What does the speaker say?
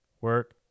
Work